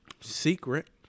secret